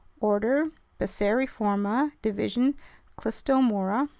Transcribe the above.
order passeriforma, division clystomora,